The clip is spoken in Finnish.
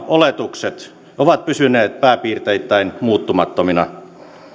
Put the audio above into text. oletukset ovat pysyneet pääpiirteittäin muuttumattomina